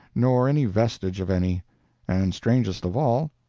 nor any vestige of any and strangest of all,